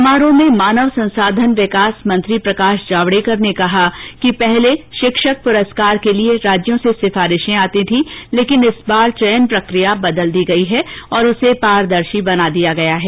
समारोह में मानव संसाधन विकास मंत्री प्रकाश जावडेकर ने कहा कि पहले शिक्षक पुरस्कार के लिए राज्यों से सिफारिशें आती थी लेकिन इस बार चयन प्रकिया बदल दी गई है और उसे पारदर्शी बना दिया गया है